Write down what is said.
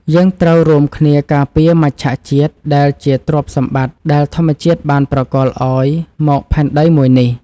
យើងត្រូវរួមគ្នាការពារមច្ឆជាតិដែលជាទ្រព្យសម្បត្តិដែលធម្មជាតិបានប្រគល់ឱ្យមកដែនដីមួយនេះ។